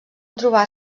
trobar